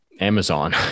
Amazon